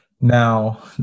Now